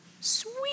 Sweet